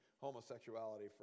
homosexuality